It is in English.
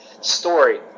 story